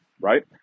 right